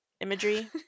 imagery